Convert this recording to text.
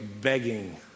begging